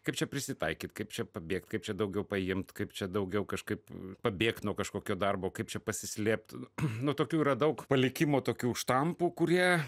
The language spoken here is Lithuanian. kaip čia prisitaikyt kaip čia pabėgt kaip čia daugiau paimt kaip čia daugiau kažkaip pabėgt nuo kažkokio darbo kaip čia pasislėpt nu tokių yra daug palikimo tokių štampų kurie